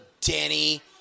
Danny